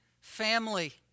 family